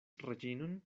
reĝinon